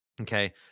Okay